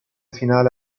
finale